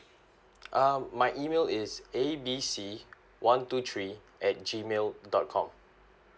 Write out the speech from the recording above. um my email is A B C one two three at G mail dot com